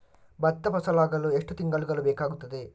ಭತ್ತ ಫಸಲಾಗಳು ಎಷ್ಟು ತಿಂಗಳುಗಳು ಬೇಕಾಗುತ್ತದೆ?